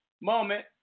moment